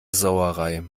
sauerei